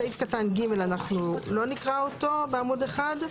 סעיף קטן (ג) אנחנו לא נקרא אותו בסעיף (1).